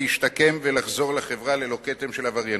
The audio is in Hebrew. להשתקם ולחזור לחברה ללא כתם של עבריינות.